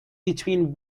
between